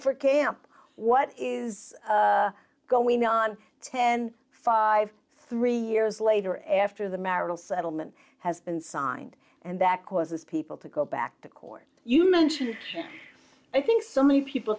for camp what is going on ten five three years later after the marital settlement has been signed and that causes people to go back to court you mention i think so many people